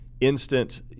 instant